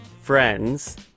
friends